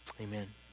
amen